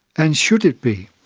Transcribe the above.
and should it be?